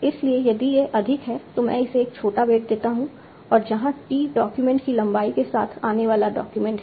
इसलिए यदि यह अधिक है तो मैं इसे एक छोटा वेट देता हूं और जहां t डॉक्यूमेंट की लंबाई के साथ आने वाला डॉक्यूमेंट है